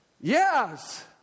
Yes